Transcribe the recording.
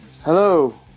Hello